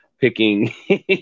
picking